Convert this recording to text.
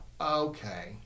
okay